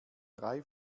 drei